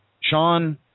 Sean